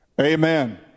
Amen